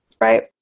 right